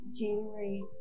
January